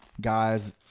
guys